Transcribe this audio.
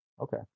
Okay